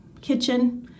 kitchen